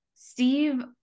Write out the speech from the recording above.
Steve